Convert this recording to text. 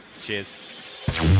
Cheers